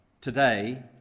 today